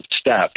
step